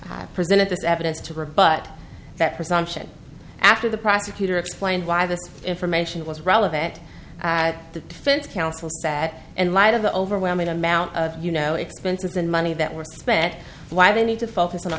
presented this evidence to rebut that presumption after the prosecutor explained why this information was relevant at the defense counsel sat and light of the overwhelming amount of you know expenses and money that were spent why they need to focus on a